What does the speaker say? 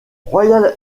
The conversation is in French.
royal